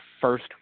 first